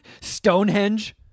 Stonehenge